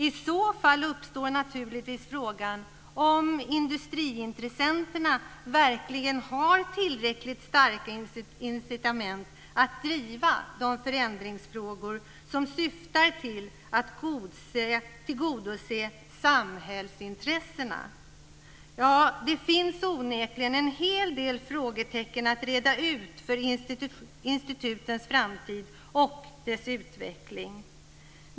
I så fall uppstår naturligtvis frågan om industriintressenterna verkligen har tillräckligt starka incitament att driva de förändringsfrågor som syftar till att tillgodose samhällsintressena. Det finns onekligen en hel del frågetecken att räta ut när det gäller institutens framtid och deras utveckling.